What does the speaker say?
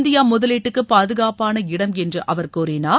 India முதலீட்டுக்கு பாதுகாப்பான இடம் என்று அவர் கூறினார்